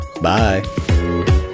bye